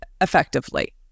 effectively